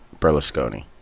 Berlusconi